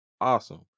Awesome